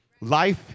Life